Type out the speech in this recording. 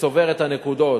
שצובר את הנקודות,